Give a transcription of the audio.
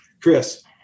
Chris